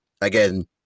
again